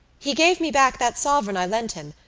he gave me back that sovereign i lent him,